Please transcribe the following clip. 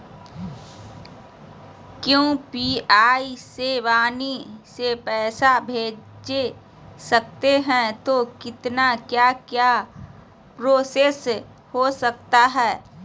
क्या यू.पी.आई से वाणी से पैसा भेज सकते हैं तो कितना क्या क्या प्रोसेस हो सकता है?